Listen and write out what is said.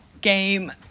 game